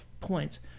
points